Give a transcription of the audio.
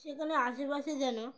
সেখানে আশেপাশে যেন